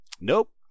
Nope